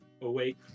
awake